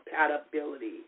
compatibility